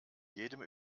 jedem